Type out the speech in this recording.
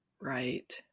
Right